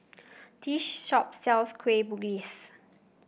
this shop sells Kueh Bugis